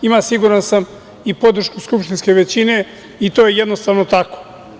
Ima, siguran sam, i podršku skupštinske većine i to je jednostavno tako.